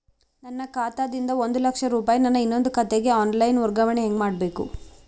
ನನ್ನ ಖಾತಾ ದಿಂದ ಒಂದ ಲಕ್ಷ ರೂಪಾಯಿ ನನ್ನ ಇನ್ನೊಂದು ಖಾತೆಗೆ ಆನ್ ಲೈನ್ ವರ್ಗಾವಣೆ ಹೆಂಗ ಮಾಡಬೇಕು?